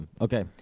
Okay